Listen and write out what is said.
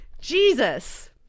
Jesus